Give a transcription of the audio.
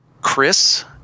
Chris –